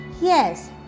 Yes